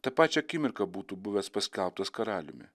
tą pačią akimirką būtų buvęs paskelbtas karaliumi